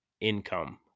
income